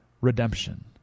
redemption